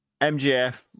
MGF